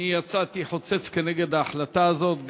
אני יצאתי חוצץ כנגד ההחלטה הזאת,